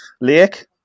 Lake